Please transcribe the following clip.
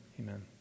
Amen